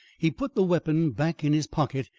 he put the weapon back in his pocket,